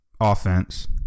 offense